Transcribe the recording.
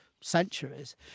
centuries